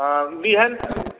आ बिहेन